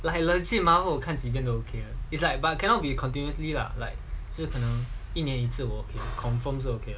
like legit Marvel 我看几遍都 okay it's like but cannot be continuously lah like 这可能一年一次我 confirm 是 okay 的